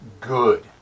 good